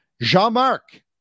Jean-Marc